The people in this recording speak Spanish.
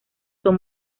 son